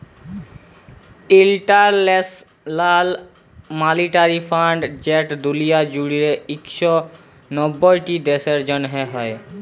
ইলটারল্যাশ লাল মালিটারি ফাল্ড যেট দুলিয়া জুইড়ে ইক শ নব্বইট দ্যাশের জ্যনহে হ্যয়